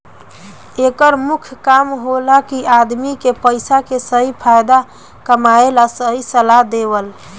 एकर मुख्य काम होला कि आदमी के पइसा के सही फायदा कमाए ला सही सलाह देवल